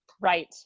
Right